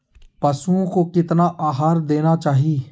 पशुओं को कितना आहार देना चाहि?